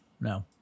No